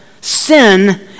sin